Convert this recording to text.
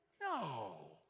No